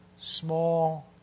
small